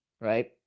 right